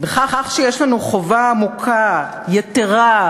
בכך שיש לנו חובה עמוקה, יתרה,